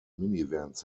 minivans